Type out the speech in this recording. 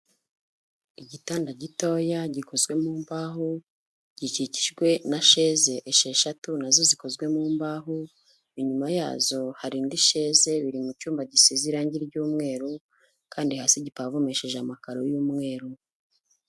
Igitanda gitoya gikozwemo mu mbaho, gikikijwe nasheze esheshatu nazo zikozwe mu mbaho, inyuma yazo hari indi isheze biriri mu cyumba gisize irangi ry'umweru, kandi hasigipavumesheje amaka y'umweru.